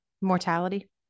mortality